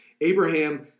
Abraham